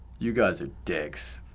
you guys are dicks.